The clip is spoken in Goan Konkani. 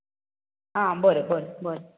आं बरें बरें बरें